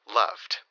loved